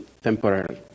temporarily